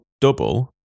double